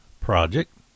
project